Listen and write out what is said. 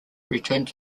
returned